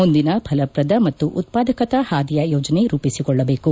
ಮುಂದಿನ ಫಲಪ್ರದ ಮತ್ತು ಉತ್ಪಾದಕತಾ ಹಾದಿಯ ಯೋಜನೆ ರೂಪಿಸಿಕೊಳ್ಳಬೇಕು